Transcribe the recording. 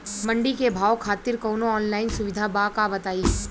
मंडी के भाव खातिर कवनो ऑनलाइन सुविधा बा का बताई?